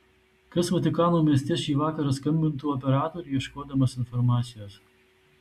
kas vatikano mieste šį vakarą skambintų operatoriui ieškodamas informacijos